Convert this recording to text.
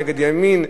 נגד ימין,